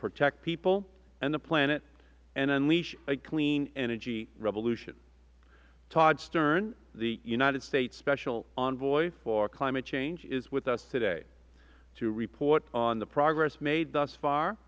protect people and the planet and unleash a clean energy revolution todd stern the united states special envoy for climate change is with us today to report on the progress made thus far